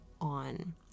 on